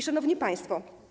Szanowni Państwo!